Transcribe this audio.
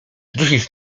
zrzucić